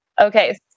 Okay